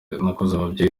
umubyeyi